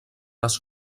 les